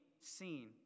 seen